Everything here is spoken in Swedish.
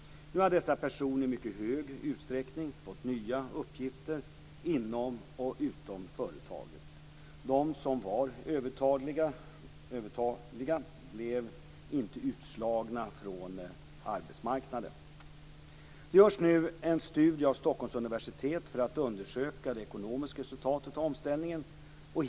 Nu har dessa personer i mycket stor utsträckning fått nya uppgifter inom och utom företaget. De som var övertaliga blev inte utslagna från arbetsmarknaden. Det görs nu en studie av Stockholms universitet för att undersöka det ekonomiska resultatet av omställningen.